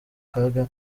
kaga